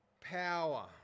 power